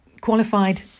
qualified